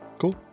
cool